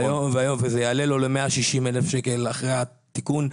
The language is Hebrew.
וזה יעלה לו ל-160,000 שקל אחרי התיקון,